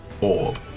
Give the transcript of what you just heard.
orb